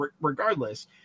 regardless